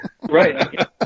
Right